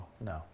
No